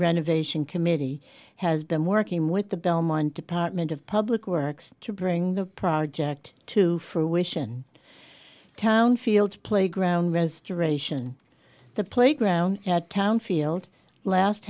renovation committee has been working with the belmont department of public works to bring the project to fruition town field playground restoration the playground at town field last